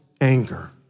anger